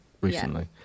recently